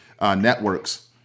networks